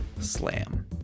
slam